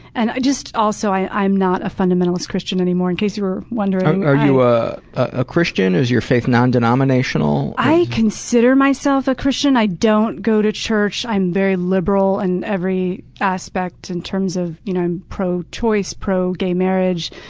and just also, i am not a fundamentalist christian anymore, in case you were wondering. are you ah a christian? is your faith nondenominational? i consider myself a christian. i don't go to church. i'm very liberal in every aspect in terms of you know i'm pro-choice, pro-gay marriage.